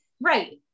right